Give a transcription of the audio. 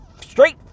straight